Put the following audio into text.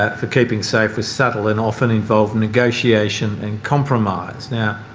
ah for keeping safe, were subtle and often involved negotiation and compromise. now,